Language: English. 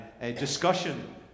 discussion